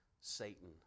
Satan